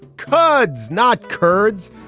cuds, not kurds.